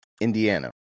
indiana